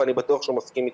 ואני בטוח שהוא מסכים איתי.